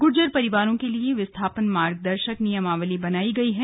गुर्जर परिवारों के लिए विस्थापन मार्गदर्शक नियमावली बनायी गयी हैं